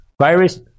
virus